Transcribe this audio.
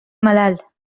malalt